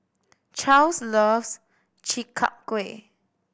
Charls loves Chi Kak Kuih